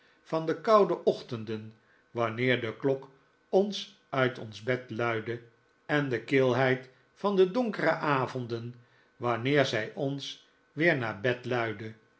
van de koude ochtenden wanneer de klok ons uit ons bed luidde en de kilheid van de donkere avonden wanneer zij ons weer naar bed luidde